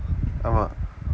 ஆமாம்:aamaam